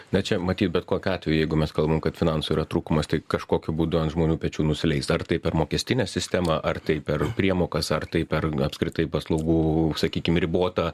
na čia matyt bet kokiu atveju jeigu mes kalbam kad finansų yra trūkumas tai kažkokiu būdu ant žmonių pečių nusileis ar tai per mokestinę sistemą ar tai per priemokas ar tai per apskritai paslaugų sakykim ribotą